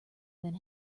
than